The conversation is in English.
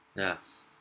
yeah